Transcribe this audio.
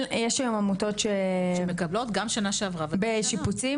יש היום עמותות שמקבלות תמיכה בשיפוצים?